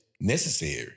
Necessary